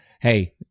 hey